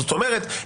זאת אומרת,